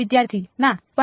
વિદ્યાર્થી ના પણ